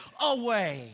away